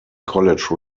college